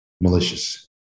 malicious